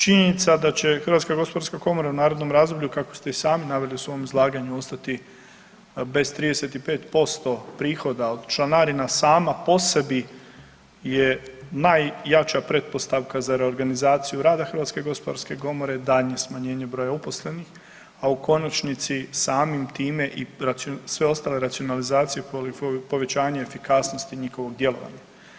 Činjenica da će HGK u narednom razdoblju kako ste i sami naveli u svom izlaganju ostati bez 35% prihoda od članarina sama po sebi je najjača pretpostavka za reorganizaciju rada HGK, daljnje smanjenje broja uposlenih, a u konačnici samim time i sve ostale racionalizacije u, povećanje efikasnosti njihovog djelovanja.